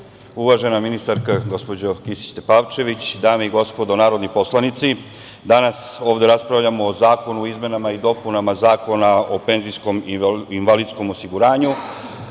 uvažena ministarka gospođo Kisić Tepavčević, dame i gospodo narodni poslanici, danas ovde raspravljamo o Zakonu o izmenama i dopunama Zakona o penzijsko-invalidskom osiguranju,